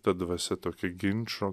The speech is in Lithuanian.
ta dvasia tokia ginčo